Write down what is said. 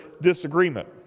disagreement